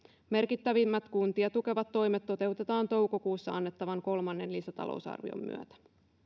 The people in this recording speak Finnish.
merkittävimmät kuntia tukevat toimet toteutetaan toukokuussa annettavan kolmannen lisätalousarvion myötä